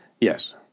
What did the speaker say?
Yes